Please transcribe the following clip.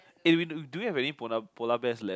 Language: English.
eh we do do we have any polar polar bears left